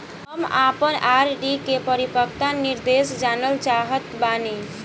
हम आपन आर.डी के परिपक्वता निर्देश जानल चाहत बानी